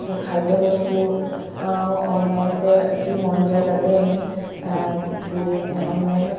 খাদ্যবস্তু অনলাইনতে যি মন যায় তাতে আমি প মানে অনলাইনত